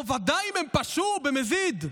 או ודאי אם הם פשעו במזיד.